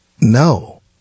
No